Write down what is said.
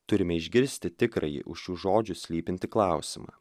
turime išgirsti tikrąjį už šių žodžių slypintį klausimą